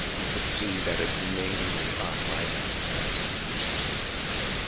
you can see that it's mainly online advertising in which this was going on.